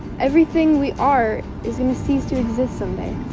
everything we are is going to cease to exist someday